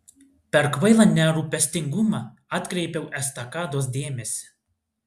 per kvailą nerūpestingumą atkreipiau estakados dėmesį